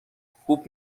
خوب